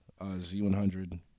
Z100